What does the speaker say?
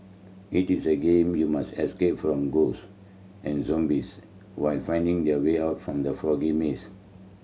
it is the game you must escape from ghosts and zombies while finding the way out from the foggy maze